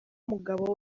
umugabo